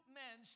men